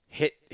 hit